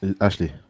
Ashley